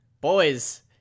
boys